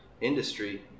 Industry